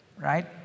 right